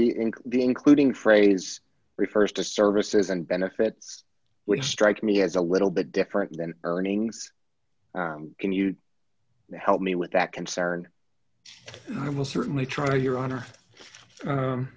in the including phrase refers to services and benefits which strike me as a little bit different than earnings can you help me with that concern i will certainly try your honor